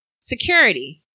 security